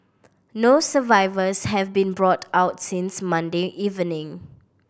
no survivors have been brought out since Monday evening